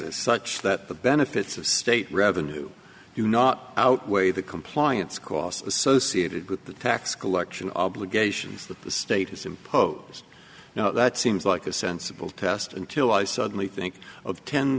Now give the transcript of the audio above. us such that the benefits of state revenue do not outweigh the compliance costs associated with the tax collection obligations that the state has imposed you know that seems like a sensible test until i suddenly think of ten